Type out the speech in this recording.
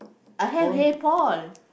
I have hey Paul